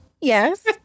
yes